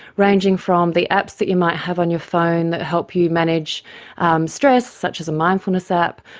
ranging from the apps that you might have on your phone that help you manage um stress, such as a mindfulness app,